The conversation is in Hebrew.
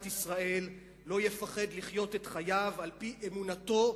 ישראל לא יפחד לחיות את חייו על-פי אמונתו,